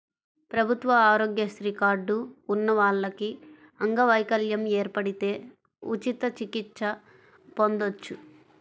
ప్రభుత్వ ఆరోగ్యశ్రీ కార్డు ఉన్న వాళ్లకి అంగవైకల్యం ఏర్పడితే ఉచిత చికిత్స పొందొచ్చు